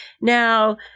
Now